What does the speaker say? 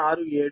0670067 0